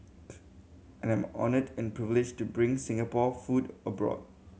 and I'm honoured and privileged to bring Singapore food abroad